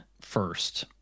first